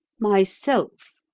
myself,